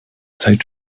zeit